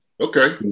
Okay